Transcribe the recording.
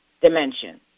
dimension